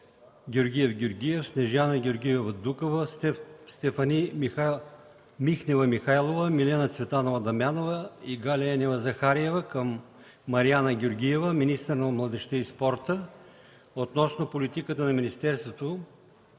Георгиев Георгиев, Снежана Георгиева Дукова, Стефани Михнева Михайлова, Милена Цветанова Дамянова и Галя Енева Захариева към Мариана Георгиева – министър на младежта и спорта, относно политиката на Министерството